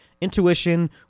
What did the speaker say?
intuition